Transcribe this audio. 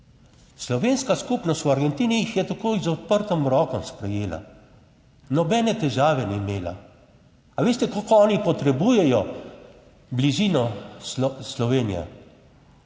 slovenska skupnost v Argentini jih je takoj z odprtim rokom sprejela, nobene težave ni imela. A veste, kako oni potrebujejo bližino Slovenije,